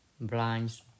blinds